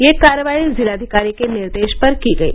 यह कार्रवाई जिलाधिकारी के निर्देश पर की गयी